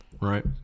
right